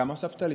כמה הוספת לי?